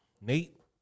Nate